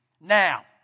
Now